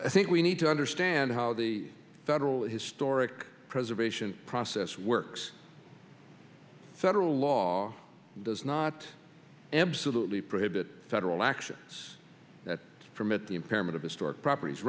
i think we need to understand how the federal historic preservation process works several law does not absolutely prohibit federal action so that permit the impairment of historic properties